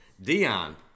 Dion